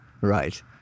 Right